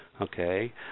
okay